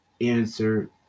answer